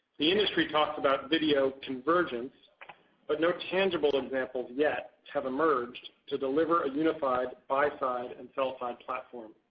the industry talks about video convergence but no tangible examples yet have emerged to deliver a unified buy-side and sell-side platform.